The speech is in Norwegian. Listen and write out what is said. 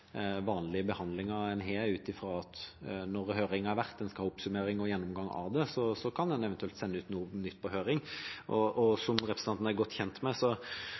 vanlige behandlingen en har. Når høringen har vært og en skal ha oppsummering og gjennomgang av den, kan en eventuelt sende ut noe nytt på høring. Som representanten er godt kjent med,